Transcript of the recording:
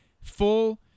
full